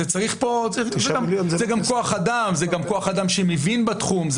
זה גם כוח אדם שמבין בתחום.